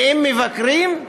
ואם מבקרים,